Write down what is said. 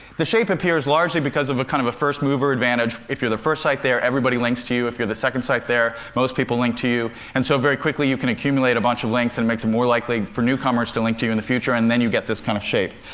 the shape appears largely because of a kind of a first-mover advantage. if you're the first site there, everybody links to you. if you're the second site there, most people link to you. and so very quickly you can accumulate a bunch of links, and it makes it more likely for newcomers to link to in the future, and then you get this kind of shape.